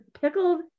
pickled